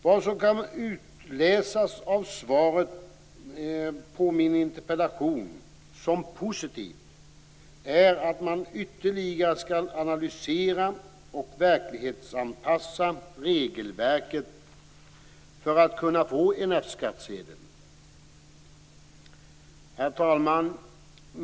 Vad som kan utläsas av svaret på min interpellation som positivt är att man ytterligare skall analysera och verklighetsanpassa regelverket för att människor skall kunna få en Herr talman!